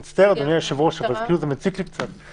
אני מצטער, אדוני היושב-ראש, אבל זה מציק לי קצת.